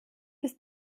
bis